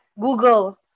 Google